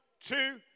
two